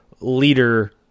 leader